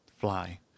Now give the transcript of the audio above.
fly